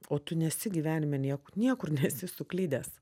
o tu nesi gyvenime nieko niekur nesi suklydęs